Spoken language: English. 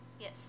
Yes